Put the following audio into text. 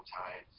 time